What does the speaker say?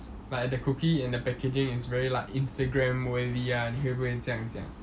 like the cookie and the packaging is very like Instagram worthy ah 你会不会这样讲